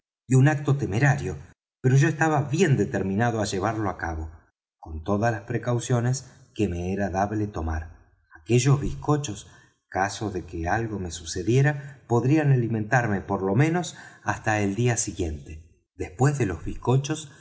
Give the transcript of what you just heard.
y un acto temerario pero yo estaba bien determinado á llevarlo á cabo con todas las precauciones que me era dable tomar aquellos bizcochos caso de que algo me sucediera podrían alimentarme por lo menos hasta el día siguiente después de los bizcochos